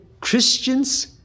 Christians